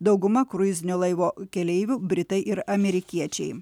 dauguma kruizinio laivo keleivių britai ir amerikiečiai